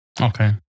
Okay